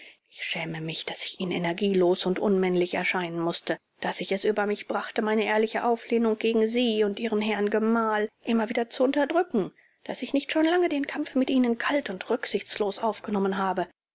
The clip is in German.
ich schäme mich daß ich ihnen energielos und unmännlich erscheinen mußte daß ich es über mich brachte meine ehrliche auflehnung gegen sie und ihren herrn gemahl immer wieder zu unterdrücken daß ich nicht schon lange den kampf mit ihnen kalt und rücksichtslos aufgenommen habe